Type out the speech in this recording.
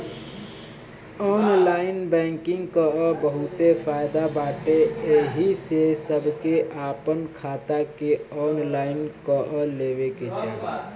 online banking कअ बहुते फायदा बाटे एही से सबके आपन खाता के ऑनलाइन कअ लेवे के चाही